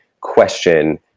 question